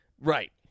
Right